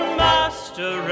master